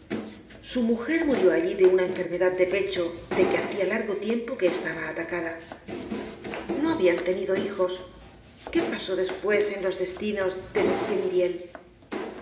su mujer murió allí de una enfermedad de pecho de que hacia largo tiempo que estaba atacada no habian tenido hijos qué pasó despues en los destinos de